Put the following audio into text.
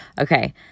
Okay